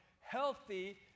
healthy